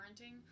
parenting